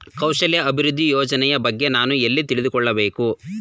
ಕೌಶಲ್ಯ ಅಭಿವೃದ್ಧಿ ಯೋಜನೆಯ ಬಗ್ಗೆ ನಾನು ಎಲ್ಲಿ ತಿಳಿದುಕೊಳ್ಳಬೇಕು?